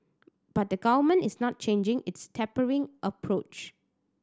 but the Government is not changing its tapering approach